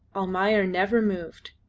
almayer never moved.